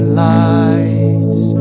lights